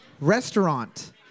restaurant